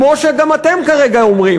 כמו שגם אתם כרגע אומרים.